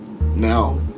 now